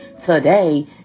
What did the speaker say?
today